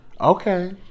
Okay